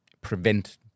prevent